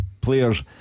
players